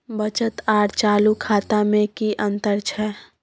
बचत आर चालू खाता में कि अतंर छै?